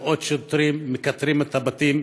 מאות שוטרים מכתרים את הבתים.